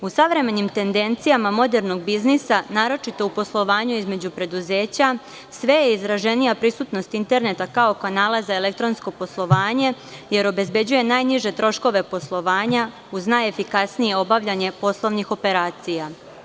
U savremenim tendencijama modernog biznisa, naročito u poslovanju između preduzeća, sve je izraženija prisutnost interneta kao kanala za elektronsko poslovanje, jer obezbeđuje najniže troškove poslovanja uz najefikasnije obavljanje poslovnih operacija.